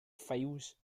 files